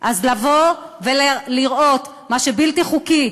לבוא ולראות מה שבלתי חוקי,